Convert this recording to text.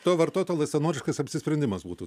to vartotojo laisvanoriškas apsisprendimas būtų